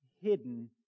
hidden